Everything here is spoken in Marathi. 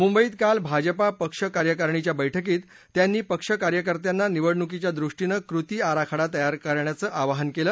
मुंबईत काल भाजपा पक्ष कार्यकारणीच्या बैठकीत त्यांनी पक्ष कार्यकर्त्यांना निवडणुकीच्या दृष्टीनं कृती आराखडा तयार करण्याचं आवाहन केलं